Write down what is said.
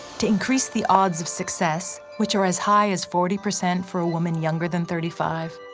to increase the odds of success, which are as high as forty percent for a woman younger than thirty five,